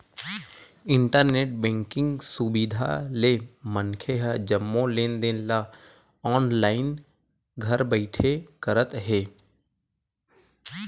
internet banking सुबिधा ले मनखे ह जम्मो लेन देन ल ऑनलाईन घर बइठे करत हे